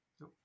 No